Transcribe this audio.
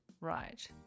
right